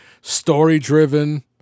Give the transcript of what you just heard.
Story-driven